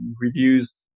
reviews